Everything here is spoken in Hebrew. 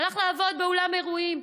הלך לעבוד באולם אירועים,